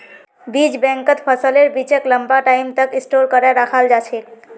बीज बैंकत फसलेर बीजक लंबा टाइम तक स्टोर करे रखाल जा छेक